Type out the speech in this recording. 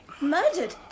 Murdered